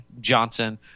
Johnson